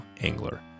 angler